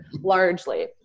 largely